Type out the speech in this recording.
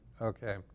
Okay